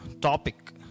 topic